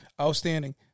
Outstanding